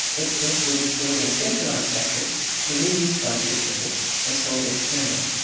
access will be stored in a centralised battery for reuse by the businesses, or sold externally.